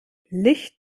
licht